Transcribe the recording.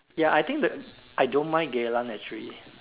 ya I think the I don't mind Geylang actually